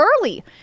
early